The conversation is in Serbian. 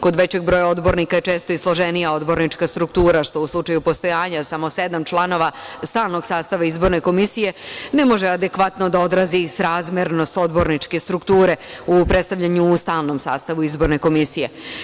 Kod većeg broja odbornika je često i složenija odbornička struktura, što u slučaju postojanja samo sedam članova stalnog sastava izborne komisije ne može adekvatno da odrazi i srazmernost odborničke strukture u predstavljanju u stalnom sastavu izborne komisije.